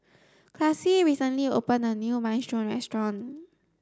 Classie recently opened a new Minestrone restaurant